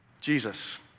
Jesus